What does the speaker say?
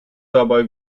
dabei